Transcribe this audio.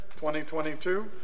2022